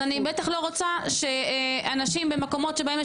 אז אני בטח לא רוצה שאנשים במקומות שבהם יש